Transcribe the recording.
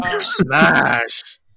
Smash